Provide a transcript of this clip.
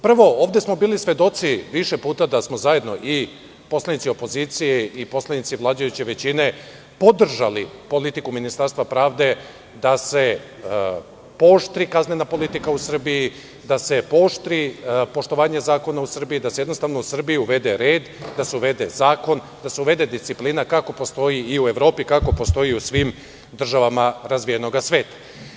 Prvo, bili smo svedoci više puta da smo zajedno, i poslanici opozicije, i poslanici vladajuće većine, podržali politiku Ministarstva pravde da se pooštri kaznena politika u Srbiji, da se pooštri poštovanje zakona u Srbiji, da se u Srbiji uvede red, da se uvede zakon, da se uvede disciplina kakva postoji u Evropi i u svim državama razvijenog sveta.